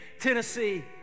Tennessee